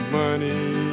money